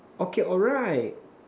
okay alright